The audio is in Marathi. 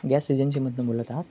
गॅस एजन्सीमधनं बोलत आहात